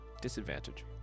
Disadvantage